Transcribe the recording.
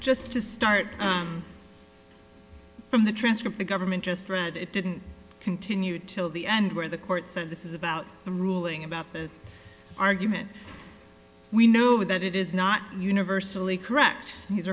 just to start from the transcript the government just read it didn't continue till the end where the court said this is about the ruling about the argument we know that it is not universally correct he's